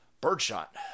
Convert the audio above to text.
Birdshot